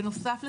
בנוסף לזה,